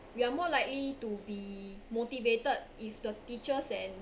we are more likely to be motivated if the teachers and